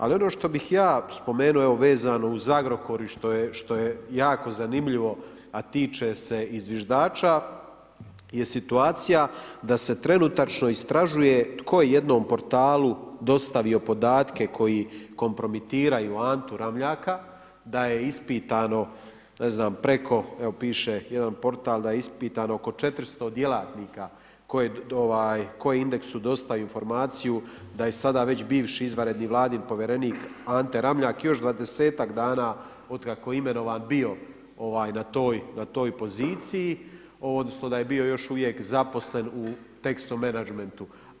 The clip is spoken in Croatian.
Ali, ono što bi ja spomenuo, evo vezano uz Agrokor i što je jako zanimljivo, a tiče se i zviždača, je situacija da se trenutačno istražuje, tko je jednom portalu dostavio podatke koji kompromitiraju Antu Ramljaka, da je ispitano ne znam, preko, evo piše jedan portal da je ispitano oko 400 djelatnika, tko je Indeksu dostavio informaciju, da je sada već bivši izvanredni vladin povjerenik Ante Ramljak, još 20-tak dana otkako je imenovan bio na toj poziciji, odnosno, da je bio još uvijek zaposlen u Texo Managmentu.